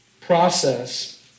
process